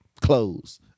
clothes